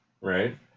right